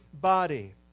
body